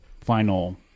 final